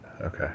okay